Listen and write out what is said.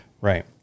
Right